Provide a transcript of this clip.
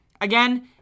Again